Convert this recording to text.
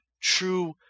true